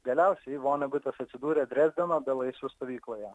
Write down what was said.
galiausiai vonegutas atsidūrė drezdeno belaisvių stovykloje